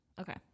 Okay